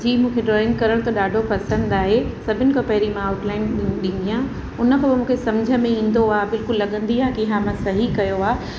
जी मूंखे ड्रॉइंग करण त ॾाढो पसंदि आहे सभिनि खां पहिरीं मां आउट लाइन ॾी ॾींदी आहियां उनखां पोइ मूंखे सम्झि में ईंदो आहे बिल्कुलु लॻंदी आहे की हा मां सही कयो आहे